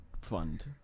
Fund